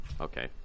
okay